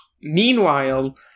Meanwhile